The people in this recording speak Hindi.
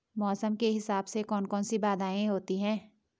मौसम के हिसाब से कौन कौन सी बाधाएं होती हैं?